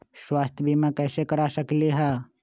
स्वाथ्य बीमा कैसे करा सकीले है?